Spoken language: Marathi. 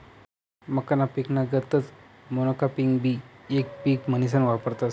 मक्काना पिकना गतच मोनोकापिंगबी येक पिक म्हनीसन वापरतस